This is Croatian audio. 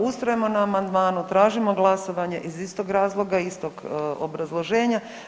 Ustrajemo na amandmanu, tražimo glasovanje iz istog razloga i istog obrazloženja.